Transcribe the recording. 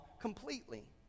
completely